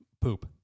poop